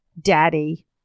daddy